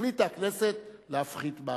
החליטה הכנסת להפחית באגרה.